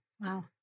Wow